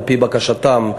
על-פי בקשתם,